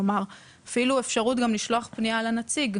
כלומר אפילו אפשרות גם לשלוח פנייה לנציג.